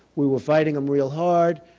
we were fighting them real hard.